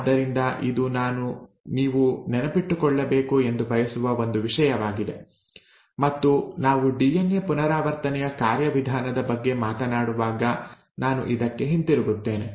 ಆದ್ದರಿಂದ ಇದು ನಾನು ನೀವು ನೆನಪಿಟ್ಟುಕೊಳ್ಳಬೇಕು ಎಂದು ಬಯಸುವ ಒಂದು ವಿಷಯವಾಗಿದೆ ಮತ್ತು ನಾವು ಡಿಎನ್ಎ ಪುನರಾವರ್ತನೆಯ ಕಾರ್ಯವಿಧಾನದ ಬಗ್ಗೆ ಮಾತನಾಡುವಾಗ ನಾನು ಇದಕ್ಕೆ ಹಿಂತಿರುಗುತ್ತೇನೆ